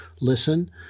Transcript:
Listen